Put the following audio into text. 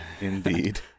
Indeed